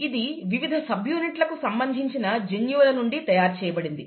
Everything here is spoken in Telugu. ఇది వివిధ సబ్ యూనిట్లకు సంబంధించిన జన్యువుల నుండి తయారు చేయబడింది